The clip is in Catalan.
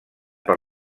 per